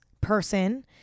person